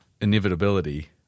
inevitability